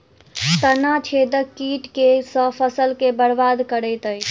तना छेदक कीट केँ सँ फसल केँ बरबाद करैत अछि?